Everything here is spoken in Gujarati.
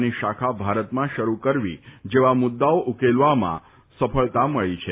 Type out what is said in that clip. ચાઈનાની શાખા ભારતમાં શરૂ કરવી જેવા મુદ્દાઓ ઉકેલવામાં સફળતા મળી છે